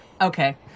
Okay